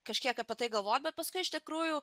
kažkiek apie tai galvot bet paskui iš tikrųjų